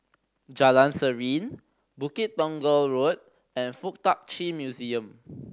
Jalan Serene Bukit Tunggal Road and Fuk Tak Chi Museum